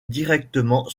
directement